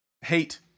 Hate